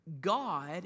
God